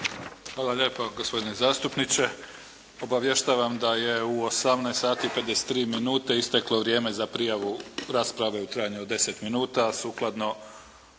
Hvala lijepo gospodine zastupniče. Obavještavam da je u 18 sati i 53 minuta isteklo vrijeme za prijavu rasprave u trajanju od deset minuta a sukladno